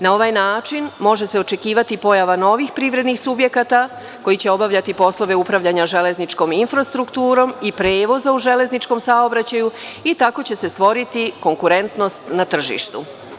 Na ovaj način može se očekivati pojava novih privrednih subjekata koji će obavljati poslove upravljanja železničkom infrastrukturom i prevoza u železničkom saobraćaju i tako će se stvoriti konkurentnost na tržištu.